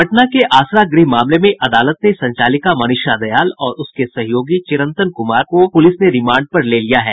पटना के आसरा गृह मामले में अदालत ने संचालिका मनीषा दयाल और उसके सहयोगी चिरंतन कुमार को पुलिस ने रिमांड पर ले लिया है